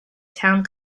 town